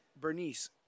Bernice